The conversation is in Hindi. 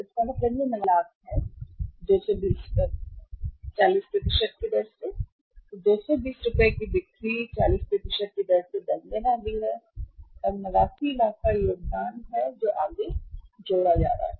तो इसका मतलब यह है कि यह 89 लाख है तो 220 पर 40 की दर 220 रुपये की बिक्री 40 की दर से बढ़ने वाली है और 89 लाख का योगदान है योगदान आगे जोड़ा जा रहा है